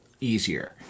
easier